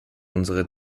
unsere